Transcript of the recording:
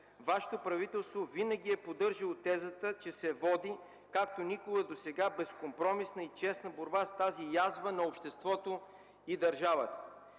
Вашето правителство винаги е поддържало тезата, че се води, както никога досега, безкомпромисна и честна борба с тази язва на обществото и държавата.